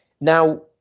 Now